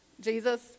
Jesus